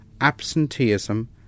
absenteeism